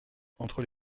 entre